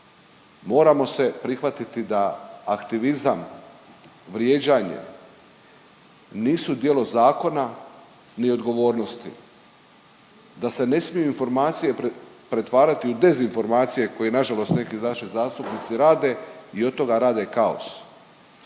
moramo se prihvatiti da aktivizam, vrijeđanje nisu djelo zakona ni odgovornosti, da se ne smiju informacije pretvarati u dezinformacije koje nažalost neki naši zastupnici rade i od toga rade kaos,